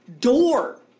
door